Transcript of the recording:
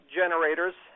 generators